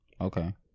Okay